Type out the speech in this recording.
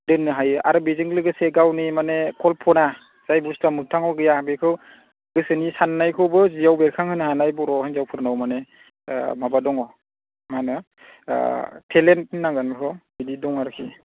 दोननो हायो आरो बेजों लोगोसे गावनि माने कलफ'ना जाय बुस्थुआ मोग्थाङाव गैया बेखौ गोसोनि सान्नायखौबो जियाव बेरखांहोनो हानाय बर' हिन्जावफोरनाव माने ओ माबा दङ माहोनो ओ टेलेन्ट होन्नांगोन बेखौ बिदि दं आरोखि